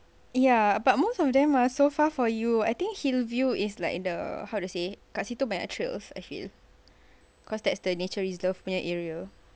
ya but most of them are so far for you I think hillview is like the how to say dekat situ ada banyak trails I feel cause that's the nature reserve area